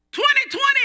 2020